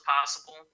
possible